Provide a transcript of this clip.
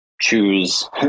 choose